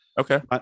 okay